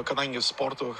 kadangi sportu